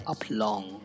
Uplong